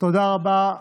תודה רבה.